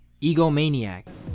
Egomaniac